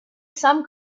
some